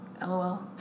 LOL